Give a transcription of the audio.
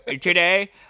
today